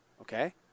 Okay